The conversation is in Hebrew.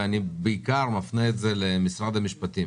ואני מפנה אותה בעיקר למשרד המשפטים